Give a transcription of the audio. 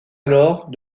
alors